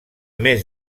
més